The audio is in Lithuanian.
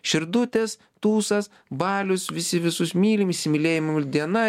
širdutės tūsas balius visi visus mylim įsimylėjimų diena